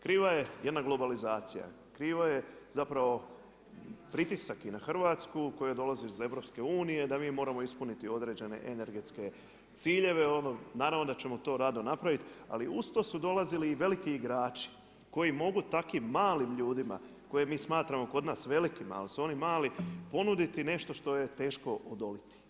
Kriva je jedna globalizacija, krivo je zapravo pritisak i na Hrvatsku koja dolazi iz EU-a, da mi moramo ispuniti određene energetske ciljeve, naravno da ćemo to rado napraviti, ali uz to su dolazili i veliki igrači koji mogu takvim malim ljudima koje mi smatramo kod nas velikima, ali su oni mali, ponuditi nešto što je teško odoliti.